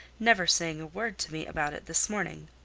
never saying a word to me about it this morning.